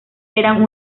eran